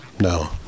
No